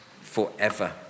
forever